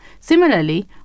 Similarly